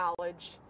knowledge